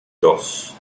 dos